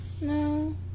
No